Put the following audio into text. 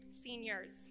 Seniors